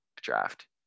draft